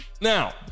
Now